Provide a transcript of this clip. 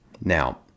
Now